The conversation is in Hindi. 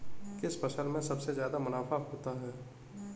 किस फसल में सबसे जादा मुनाफा होता है?